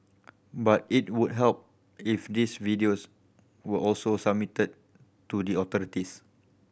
but it would help if these videos were also submitted to the authorities